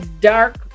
dark